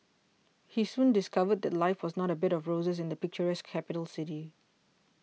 he soon discovered that life was not a bed of roses in the picturesque capital city